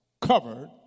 covered